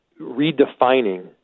redefining